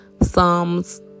Psalms